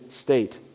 state